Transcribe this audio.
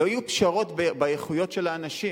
לא יהיו פשרות באיכויות של האנשים.